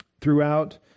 throughout